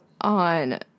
on